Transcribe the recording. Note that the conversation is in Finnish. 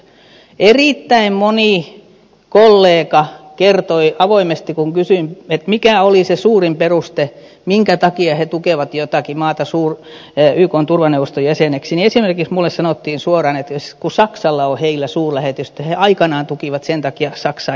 erittäin moni kollega kertoi tämän avoimesti kun kysyin mikä oli se suurin peruste minkä takia he tukevat jotakin maata ykn turvaneuvoston jäseneksi ja esimerkiksi minulle sanottiin suoraan että kun saksalla on heillä suurlähetystö he aikanaan tukivat sen takia saksaa jäseneksi